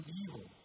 evil